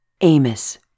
Amos